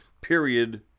period